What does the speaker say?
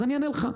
אז אני אענה לך.